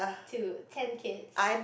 to ten kids